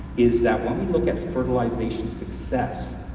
is that when we look at fertilization success,